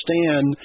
understand